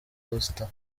costa